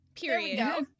period